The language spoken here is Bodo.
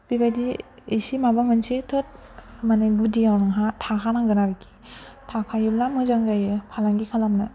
बे बायदि एसे माबा मोनसेथ' मोने गुदिआव नोंहा थाखानांगोन आरोखि थाखायोब्ला मोजां जायो फालांगि खालामनो